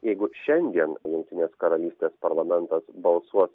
jeigu šiandien jungtinės karalystės parlamentas balsuos